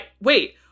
wait